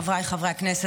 חבריי חברי הכנסת,